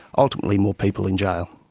ultimately more people in jail.